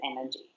energy